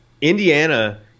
Indiana